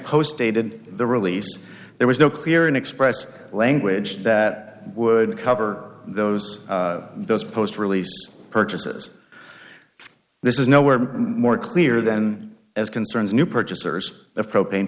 post dated the release there was no clear and expressive language that would cover those those post release purchases this is nowhere more clear then as concerns new purchasers of propane